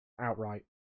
outright